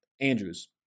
Andrews